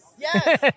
yes